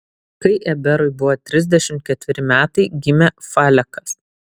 kai eberui buvo trisdešimt ketveri metai gimė falekas